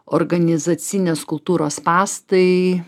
organizacinės kultūros spąstai